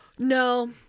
No